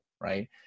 right